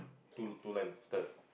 two two line style